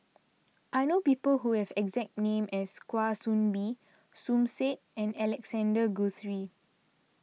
I know people who have exact name as Kwa Soon Bee Som Said and Alexander Guthrie